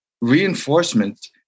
reinforcement